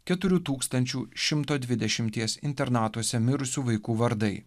keturių tūkstančių šimto dvidešimties internatuose mirusių vaikų vardai